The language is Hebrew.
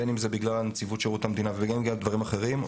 בין אם זה בגלל נציבות שירות המדינה ובין אם בגלל דברים אחרים,